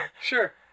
Sure